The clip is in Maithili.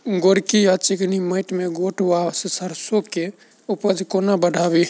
गोरकी वा चिकनी मैंट मे गोट वा सैरसो केँ उपज कोना बढ़ाबी?